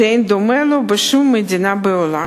ואין דומה לו בשום מדינה בעולם.